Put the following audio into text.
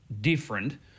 different